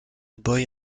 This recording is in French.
boy